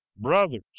Brothers